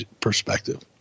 perspective